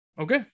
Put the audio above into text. Okay